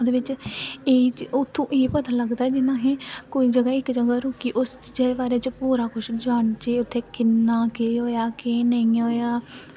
एह्दे बिच उत्थुं एह् पता चलदा की जि'यां इक कोई जगह इक जगह पर रुक्कियै जेह्दे बारै च पूरा किश जानचै की उत्थें केह् इन्ना होया केह् नेईं होया